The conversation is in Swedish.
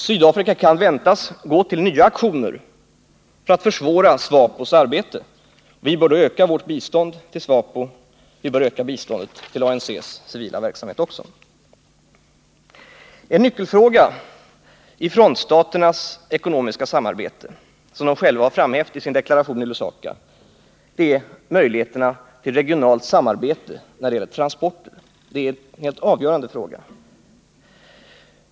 Sydafrika kan ändå gå till nya aktioner för att försvåra SWAPO:s arbete. Vi bör därför öka vårt bistånd till SWAPO. Vi bör öka biståndet till ANC:s civila verksamhet också. En nyckelfråga för frontstaternas ekonomiska samarbete är, som de själva har framhävt i deklarationen i Lusaka, möjligheterna till regionalt samarbete när det gäller transporterna. Det är en helt avgörande fråga.